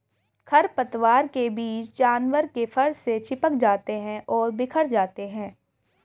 खरपतवार के बीज जानवर के फर से चिपक जाते हैं और बिखर जाते हैं